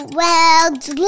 world's